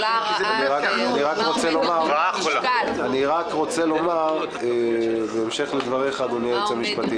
אני רק רוצה לומר בהמשך לדבריך אדוני היועץ המשפטי,